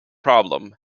problem